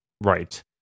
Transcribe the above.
right